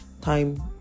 time